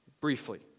Briefly